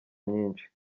nyinshi